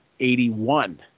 81